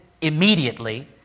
immediately